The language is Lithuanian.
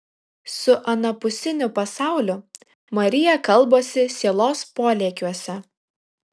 su anapusiniu pasauliu marija kalbasi sielos polėkiuose